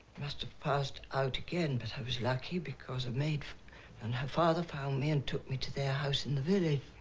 must have passed out again but i was lucky because a maid and her father found me and took me to their house in the village.